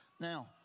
Now